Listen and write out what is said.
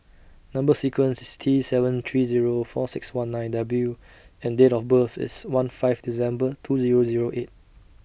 Number sequence IS T seven three Zero four six one nine W and Date of birth IS one five December two Zero Zero eight